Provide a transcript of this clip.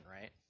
right